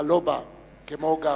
על לובה כמו גאוותנו.